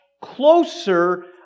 closer